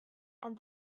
and